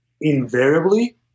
invariably